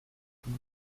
from